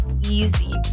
easy